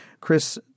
Chris